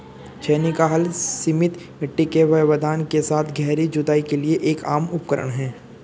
छेनी का हल सीमित मिट्टी के व्यवधान के साथ गहरी जुताई के लिए एक आम उपकरण है